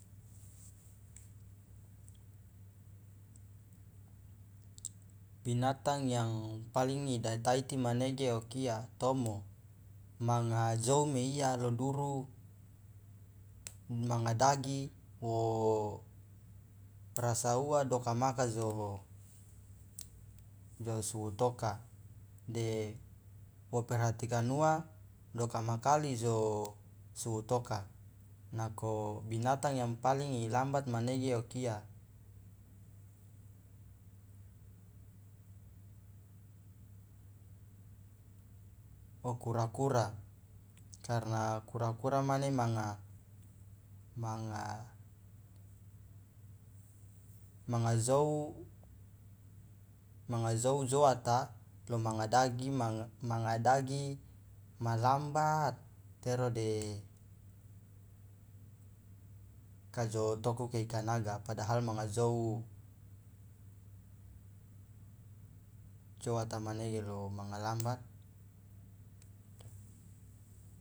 binatang yang paling idataiti manege okia tomo manga jou meiya lo duru manga dagi wo rasa uwa dokamaka jo jo suwutoka de wo perhatikan uwa dokamakali jo suwutoka nako binatang yang paling ilambat manege okia o kura kura karna kura kura mane manga manga manga jou manga jou joata lo manga dagi maga dagi ma lambat tero de kajo toko keika naga padahal manga jou joata manege lo manga lambat.